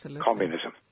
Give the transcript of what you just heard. communism